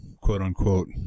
quote-unquote